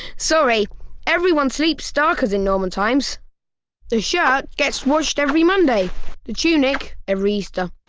sorry everyone sleeps starkers in norman times the shirt gets washed every monday the tunic every easter.